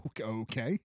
Okay